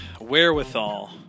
wherewithal